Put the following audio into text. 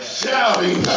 shouting